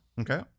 Okay